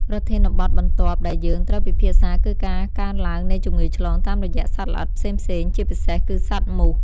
ប្រធានបទបន្ទាប់ដែលយើងត្រូវពិភាក្សាគឺការកើនឡើងនៃជំងឺឆ្លងតាមរយៈសត្វល្អិតផ្សេងៗជាពិសេសគឺសត្វមូស។